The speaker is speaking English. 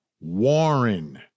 Warren